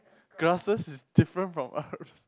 grasses is different from herbs